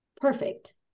perfect